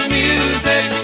music